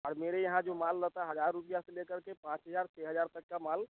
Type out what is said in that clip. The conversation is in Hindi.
और मेरे यहाँ जो माल रहता है हज़ार रुपया से लेकर के पाँच हज़ार छः हज़ार तक का माल